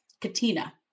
Katina